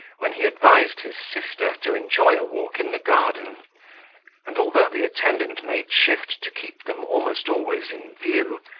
when he advised his sister to enjoy a walk in the garden and although the attendant made shift to keep them almost always in view,